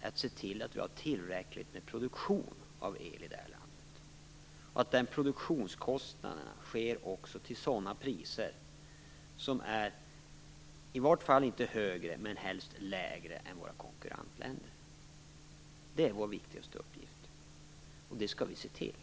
är att se till att vi har tillräcklig produktion av el i landet och att produktionskostnaderna i vart fall inte är högre men helst är lägre än i våra konkurrentländer. Det är vår viktigaste uppgift, och det skall vi se till.